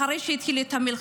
באו לשרת אחרי שהתחילה המלחמה.